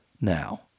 now